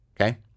Okay